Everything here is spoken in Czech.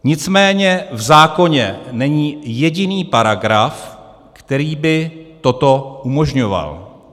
Nicméně v zákoně není jediný paragraf, který by toto umožňoval.